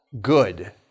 good